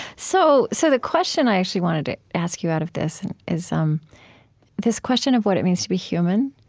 so so the question i actually wanted to ask you out of this and is um this question of what it means to be human,